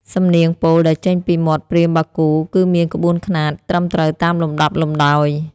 សំនៀងពោលដែលចេញពីមាត់ព្រាហ្មណ៍បាគូ គឺមានក្បួនខ្នាតត្រឹមត្រូវតាមលំដាប់លំដោយ។